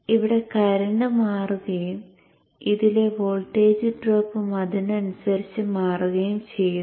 ഇവിടെ കറന്റ് മാറുകയും ഇതിലെ വോൾട്ടേജ് ഡ്രോപ്പും അതിനനുസരിച്ച് മാറുകയും ചെയ്യുന്നു